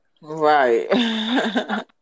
right